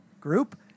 group